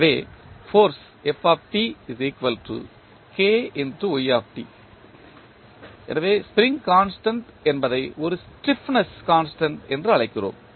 எனவே ஃபோர்ஸ் எனவே spring constant என்பதை ஒரு ஸடிஃப்நெஸ் கான்ஸ்டன்ட் என்றும் அழைக்கிறோம்